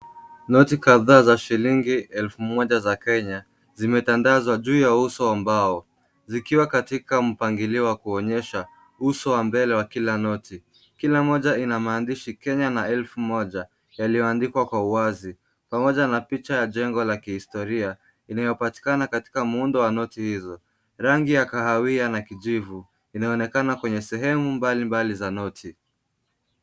Noti kadhaa za shilingi elfu moja za Kenya zimetandazwa juu ya uso wa mbao zikiwa katika mpangilio wa kuonyesha uso wa mbele wa kila noti. Kila moja ina maandishi, Kenya na elfu moja yaliyoandikwa kwa wazi pamoja na picha ya jengo la kihistoria inayopatikana katika muundo wa noti hizo. Rangi ya kahawia na kijivu inaonekana kwenye sehemu mbalimbali za noti.